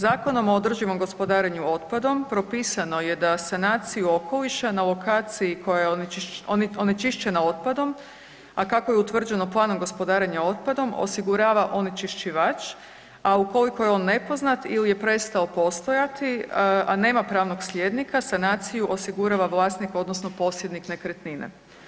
Zakonom o održivom gospodarenju otpadom propisano je da sanaciju okoliša na lokaciji koja je onečišćena otpadom, a kako je utvrđeno planom gospodarenja otpadom, osigurava onečišćivač, a ukoliko je on nepoznat ili je prestao postojati, a nema pravnog slijednika, sanaciju osigurava vlasnik odnosno posjednik nekretnine.